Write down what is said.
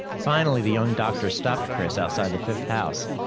finally the young doctor stopped chris outside the fifth house.